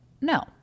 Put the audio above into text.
no